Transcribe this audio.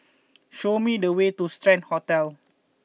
show me the way to Strand Hotel